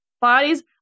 bodies